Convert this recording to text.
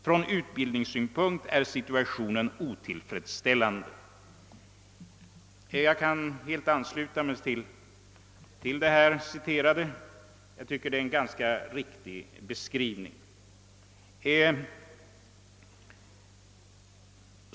Från utbildningssynpunkt är situationen otillfredsställande.» Jag kan helt ansluta mig till dessa synpunkter — jag tycker att beskrivningen är riktig.